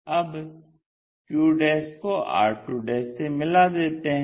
अब q को r2 से मिला देते हैं